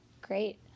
Great